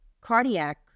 cardiac